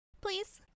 Please